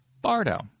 Bardo